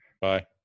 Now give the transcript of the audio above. Bye